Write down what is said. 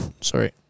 Sorry